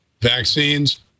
vaccines